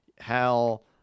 Hell